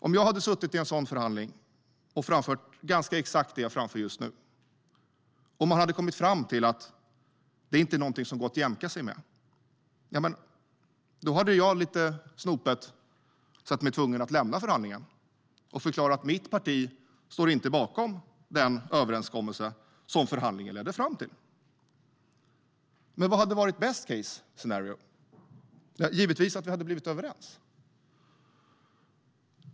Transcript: Om jag hade suttit i en sådan förhandling och framfört ganska exakt det jag framför just nu, och man hade kommit fram till att det inte var något som det går att jämka sig med, då hade jag lite snopet sett mig tvungen att lämna förhandlingen och förklara att mitt parti inte står bakom den överenskommelse som förhandlingen ledde fram till. Men vad hade varit best case scenario? Givetvis att vi hade blivit överens.